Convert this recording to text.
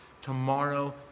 tomorrow